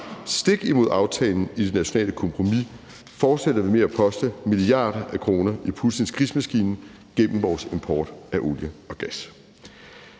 Stik imod aftalen i det nationale kompromis fortsætter vi med at poste milliarder af kroner i Putins krigsmaskine gennem vores import af olie og gas.